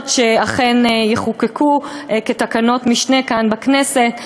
שיחוקקו כחקיקת משנה כאן בכנסת.